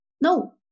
No